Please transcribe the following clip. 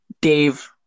Dave